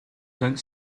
tongue